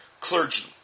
clergy